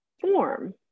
form